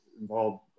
involved